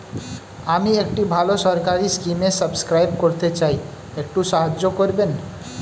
আমি একটি ভালো সরকারি স্কিমে সাব্সক্রাইব করতে চাই, একটু সাহায্য করবেন?